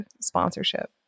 sponsorship